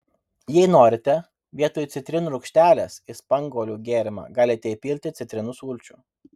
jei norite vietoj citrinų rūgštelės į spanguolių gėrimą galite įpilti citrinų sulčių